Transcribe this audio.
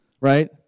right